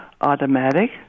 automatic